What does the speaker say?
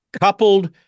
Coupled